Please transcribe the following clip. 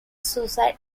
suicide